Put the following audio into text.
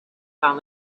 found